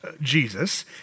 Jesus